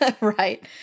right